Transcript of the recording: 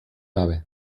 gabe